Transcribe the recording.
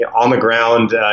on-the-ground